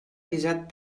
visat